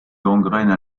gangrène